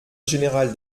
général